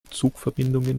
zugverbindungen